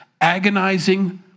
agonizing